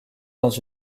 dans